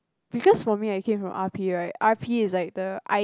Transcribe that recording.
because for me I came from R_P right R_P is like the I